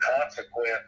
consequence